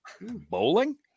Bowling